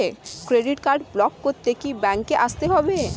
Credit card block করতে কি ব্যাংকে আসতে হবে?